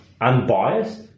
unbiased